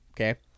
okay